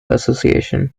association